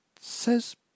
says